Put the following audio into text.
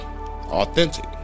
authentic